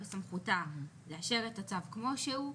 בסמכות הוועדה לאשר את הצו כמו שהוא,